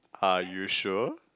are you sure